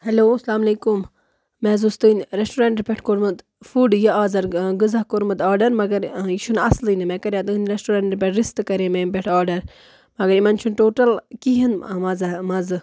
hello السلام علیکُم مےٚ حظ تُہٕنٛدِ ریسٹورنٛٹ پؠٹھٕ کوٚرمُت فُڈ یہِ اَزر غذا کوٚرمُت آرڈر مگر یہِ چھُنہٕ اَصلٕے نہٕ مےٚ کَرے تُہٕنٛدِ ریسٹورنٛٹ پٮ۪ٹھٕ رِستہٕ کَرے مےٚ اَمہِ پٮ۪ٹھ آرڈَر مگر یِمن چھُنہٕ ٹوٹَل کِہیٖنٛۍ مَز مَزٕ